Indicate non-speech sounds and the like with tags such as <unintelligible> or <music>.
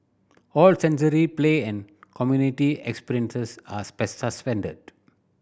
all sensory play and community experiences are <unintelligible> suspended